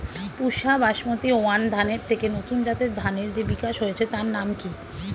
পুসা basmati one ধানের থেকে নতুন জাতের ধানের যে বিকাশ হয়েছে তার নাম কি?